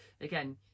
again